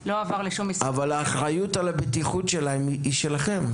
ולא עבר לשום משרד --- אבל האחריות על הבטיחות שלהן היא שלכם.